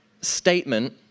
statement